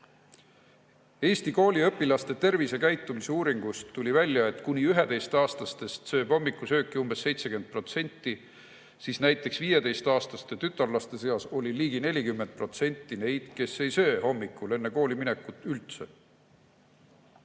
Eesti kooliõpilaste tervisekäitumise uuringust tuli välja, et kuni 11-aastastest sööb hommikusööki umbes 70%, aga näiteks 15-aastaste tütarlaste seas oli ligi 40% neid, kes ei söö hommikul enne kooliminekut